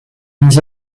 his